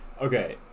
okay